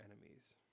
enemies